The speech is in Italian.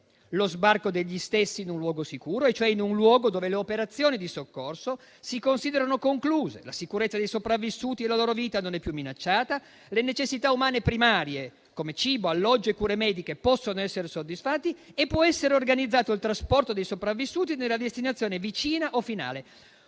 lo sbarco degli stessi in un luogo sicuro, cioè in un luogo nel quale le operazioni di soccorso si considerano concluse, la sicurezza dei sopravvissuti e la loro vita non è più minacciata, le necessità umane primarie come cibo, alloggio e cure mediche possono essere soddisfatti e può essere organizzato il trasporto dei sopravvissuti nella destinazione vicina o finale.